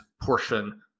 portion